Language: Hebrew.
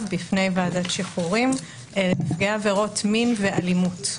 בפני ועדת שחרורים נפגעי עבירות מין ואלימות.